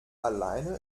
alleine